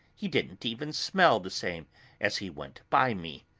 he didn't even smell the same as he went by me.